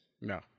No